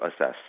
assess